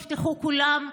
תפתחו כולם,